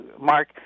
Mark